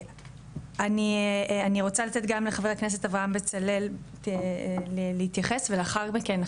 אני רוצה לתת גם לחבר הכנסת אברהם בצלאל להתייחס ולאחר מכן,